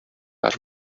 are